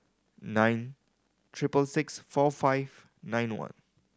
nine triple six four five nine one